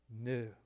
new